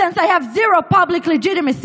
since I have zero public legitimacy.